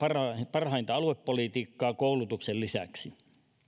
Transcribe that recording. parhainta aluepolitiikkaa koulutuksen lisäksi